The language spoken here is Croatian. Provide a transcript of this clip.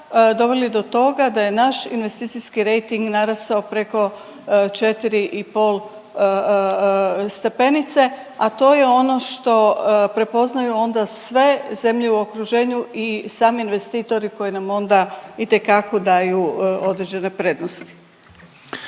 doveli do toga da je naš investicijski rejting narastao preko 4,5 stepenice, a to je ono što prepoznaju onda sve zemlje u okruženju i sami investitori koji nam onda itekako daju određene prednosti.